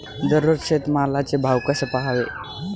दररोज शेतमालाचे भाव कसे पहावे?